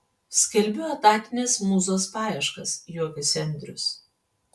skelbiu etatinės mūzos paieškas juokiasi andrius